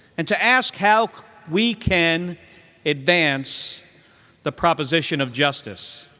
and to ask how we can advance the proposition of justice.